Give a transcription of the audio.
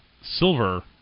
silver